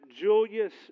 Julius